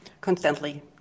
constantly